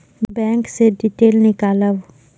Bank से detail नीकालव?